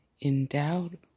endowed